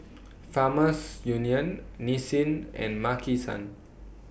Farmers Union Nissin and Maki San